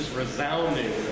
Resounding